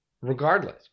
regardless